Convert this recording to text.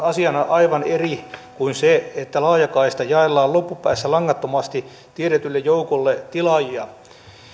asiana aivan eri kuin se että laajakaista jaellaan loppupäässä langattomasti tiedetylle joukolle tilaajia